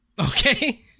Okay